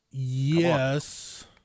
Yes